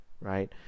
right